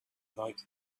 like